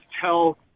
tell